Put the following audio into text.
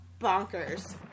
bonkers